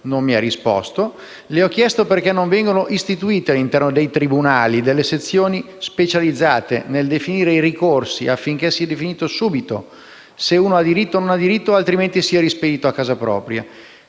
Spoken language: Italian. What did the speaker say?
non mi ha risposto. Le ho chiesto perché non vengono istituite, all'interno dei tribunali, delle sezioni specializzate nel definire i ricorsi, affinché sia definito subito se uno ha diritto o meno e, nel secondo caso, sia rispedito a casa propria.